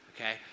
okay